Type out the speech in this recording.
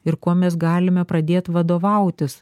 ir kuo mes galime pradėt vadovautis